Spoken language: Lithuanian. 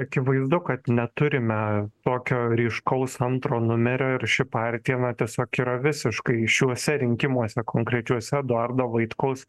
akivaizdu kad neturime tokio ryškaus antro numerio ir ši partija na tiesiog yra visiškai šiuose rinkimuose konkrečiuose eduardo vaitkaus